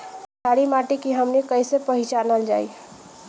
छारी माटी के हमनी के कैसे पहिचनल जाइ?